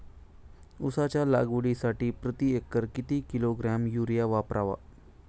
उसाच्या लागवडीसाठी प्रति एकर किती किलोग्रॅम युरिया वापरावा?